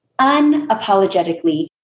unapologetically